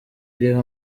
iriho